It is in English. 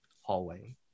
hallway